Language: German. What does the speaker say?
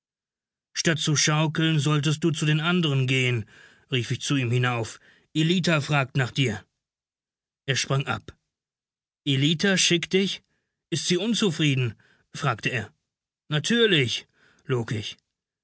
du zu den anderen gehen rief ich zu ihm hinauf ellita fragt nach dir er sprang ab ellita schickt dich ist sie unzufrieden fragte er natürlich log ich